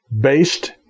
based